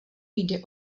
jde